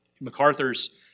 MacArthur's